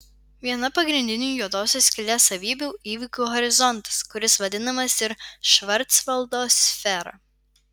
viena pagrindinių juodosios skylės savybių įvykių horizontas kuris vadinamas ir švarcvaldo sfera